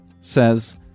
says